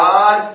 God